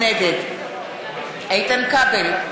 נגד איתן כבל,